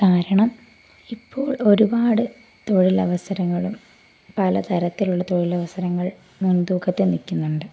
കാരണം ഇപ്പോൾ ഒരുപാട് തൊഴിൽ അവസരങ്ങളും പലതരത്തിലുള്ള തൊഴിൽ അവസരങ്ങൾ മുൻതൂക്കത്തിൽ നിൽക്കുന്നുണ്ട്